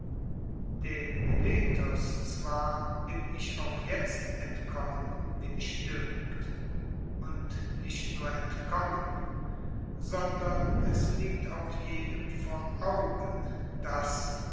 dem meletos zwar bin ich auch jetzt entkommen wie mich dünkt und nicht nur entkommen sondern es liegt auch jedem vor augen daß